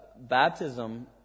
Baptism